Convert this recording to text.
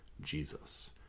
jesus